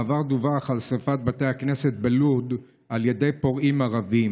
בעבר דיווח על שרפת בתי כנסת בלוד על ידי פורעים ערבים.